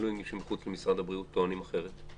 אפידמיולוגים שמחוץ למשרד הבריאות טוענים אחרת?